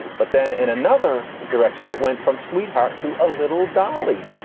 but then in another direction, it went from sweetheart to a little dolly.